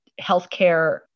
healthcare